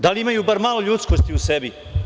Da li imaju bar malo ljudskosti u sebi?